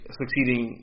succeeding